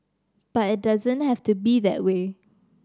but it doesn't have to be that way